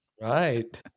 Right